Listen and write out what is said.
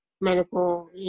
medical